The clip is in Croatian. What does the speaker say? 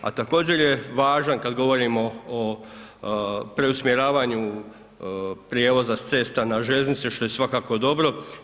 A također je važan kada govorimo o preusmjeravanju prijevoza s cesta na željeznice što je svakako dobro.